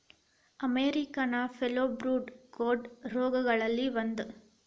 American foulbrood ಕೋಡ ರೋಗಗಳಲ್ಲಿ ಒಂದ